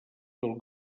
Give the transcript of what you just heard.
del